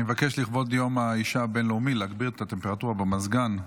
אני מבקש לכבוד יום האישה הבין-לאומי להגביר את הטמפרטורה במזגן,